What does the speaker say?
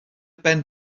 ben